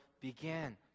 began